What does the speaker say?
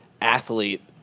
athlete